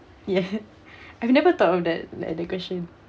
ya I never thought of that like that question